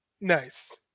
Nice